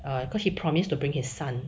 err cause he promised to bring his son